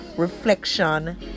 reflection